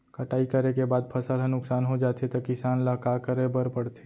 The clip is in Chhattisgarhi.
कटाई करे के बाद फसल ह नुकसान हो जाथे त किसान ल का करे बर पढ़थे?